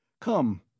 Come